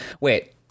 Wait